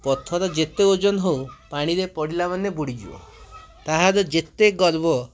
ପଥର ଯେତେ ଓଜନ ହଉ ପାଣିରେ ପଡ଼ିଲା ମାନେ ବୁଡ଼ିଯିବା ତାହାର ଯେତେ ଗର୍ବ